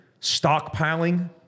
stockpiling